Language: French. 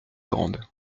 grande